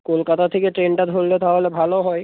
কলকাতা থেকে ট্রেনটা ধরলে তাহলে ভালো হয়